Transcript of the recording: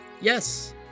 Yes